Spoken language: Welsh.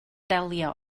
delio